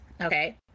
Okay